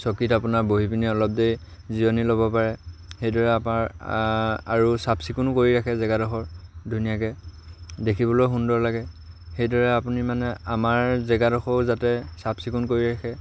চকীত আপোনাৰ বহি পিনি অলপ দেৰি জিৰণি ল'ব পাৰে সেইদৰে আপোনাৰ আৰু চাফ চিকুণো কৰি ৰাখে জেগাডোখৰ ধুনীয়াকৈ দেখিবলৈ সুন্দৰ লাগে সেইদৰে আপুনি মানে আমাৰ জেগাডোখৰো যাতে চাফ চিকুণ কৰি ৰাখে